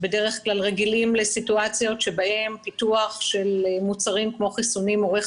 בדרך כלל רגילים לסיטואציות בהן פיתוח של מוצרים כמו חיסונים אורך